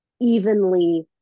evenly